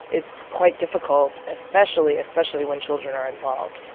it's quite difficult especially, especially when children are involved.